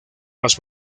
más